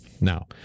Now